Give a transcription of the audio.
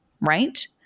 right